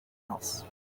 else